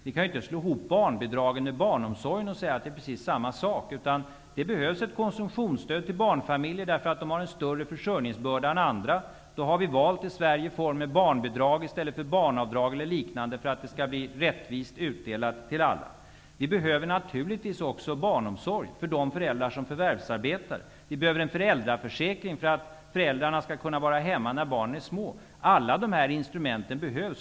Vi kan ju inte slå ihop barnbidragen med bidragen till barnomsorgen och säga att det är precis samma sak. Det behövs ett konsumtionsstöd till barnfamiljer, eftersom de har en större försörjningsbörda än andra. Därför har vi i Sverige valt en form med barnbidrag i stället för barnavdrag för att det skall bli rättvist för alla. Det behövs naturligtvis också barnomsorg för de föräldrar som förvärvsarbetar. Det behövs en föräldraförsäkring för att föräldrarna skall kunna vara hemma när barnen är små. Alla dessa instrument behövs.